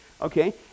Okay